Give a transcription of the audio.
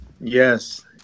Yes